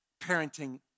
parenting